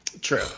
True